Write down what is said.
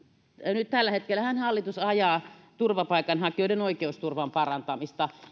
nyt tällä hetkellähän hallitus ajaa turvapaikanhakijoiden oikeusturvan parantamista